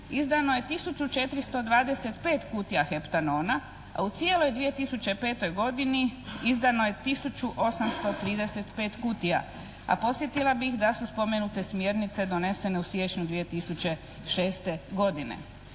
izdano je 1425 kutija heptanona a u cijeloj 2005. godini izdano je 1835 kutija. A podsjetila bi da su spomenute smjernice donesene u siječnju 2006. godine.